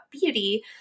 beauty